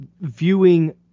viewing